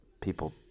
people